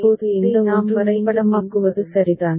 எனவே இதை நாம் வரைபடமாக்குவது சரிதான்